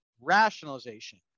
rationalization